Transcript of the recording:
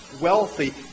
wealthy